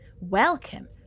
Welcome